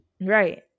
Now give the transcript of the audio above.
Right